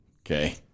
okay